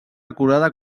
acurada